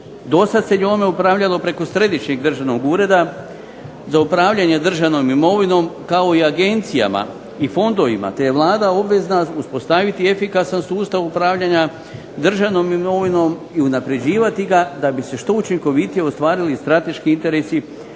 Do sada se njome upravljalo preko Središnjeg državnog ureda za upravljanje državnom imovinom, kao i agencijama i fondovima, te je Vlada obvezna uspostaviti efikasan sustav upravljanja državnom imovinom i unapređivati ga da bi se što učinkovitije ostvarili strateški interesi